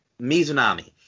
Mizunami